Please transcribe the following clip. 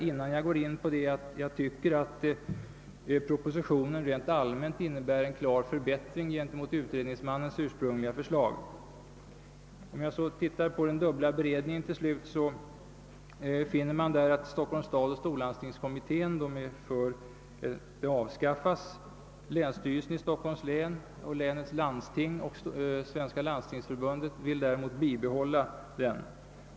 Innan jag går in på denna vill jag säga, att propositionen enligt min mening rent allmänt innebär en klar förbättring gentemot utredningsmannens ursprungliga förslag. Vad den dubbla beredningen beträffar finner man att Stockholms stad och storlandstingskommittén är för dess avskaffande, medan länsstyrelsen i Stockholms län, länets landsting och Svenska landstingsförbundet vill bibehålla den.